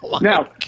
Now